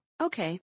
Okay